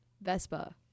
Vespa